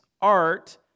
art